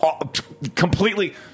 completely